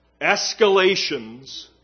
escalations